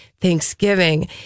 Thanksgiving